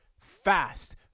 fast